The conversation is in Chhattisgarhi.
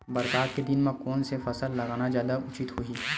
बरसात के दिन म कोन से फसल लगाना जादा उचित होही?